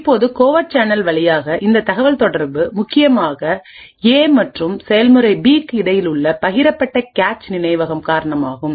இப்போது covert channel வழியாக இந்த தகவல்தொடர்பு முக்கியமாக ஏ மற்றும் செயல்முறை பி க்கு இடையில் உள்ள பகிரப்பட்ட கேச் நினைவகம் காரணமாகும்